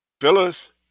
phyllis